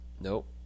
nope